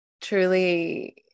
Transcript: Truly